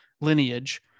lineage